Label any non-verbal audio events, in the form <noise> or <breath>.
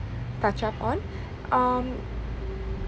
touch up on um <breath>